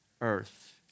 earth